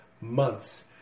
months